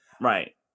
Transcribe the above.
Right